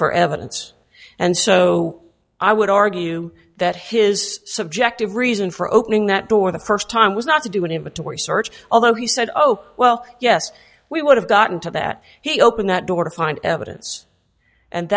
for evidence and so i would argue that his subjective reason for opening that door the st time was not to do an inventory search although he said oh well yes we would have gotten to that he opened that door to find evidence and